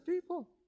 people